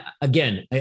again